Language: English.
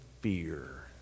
fear